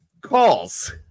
calls